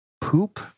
poop